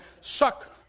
suck